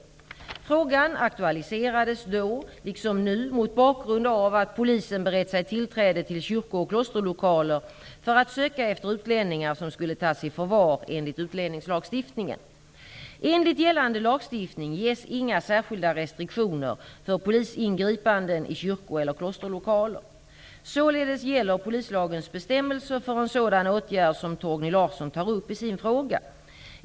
Frågan aktualiserades då -- liksom nu -- mot bakgrund av att polisen berett sig tillträde till kyrko och klosterlokaler för att söka efter utlänningar som skulle tas i förvar enligt utlänningslagstiftningen. Enligt gällande lagstiftning ges inga särskilda restriktioner för polisingripanden i kyrko eller klosterlokaler. Således gäller polislagens bestämmelser för en sådan åtgärd som Torgny Larsson tar upp i sin fråga.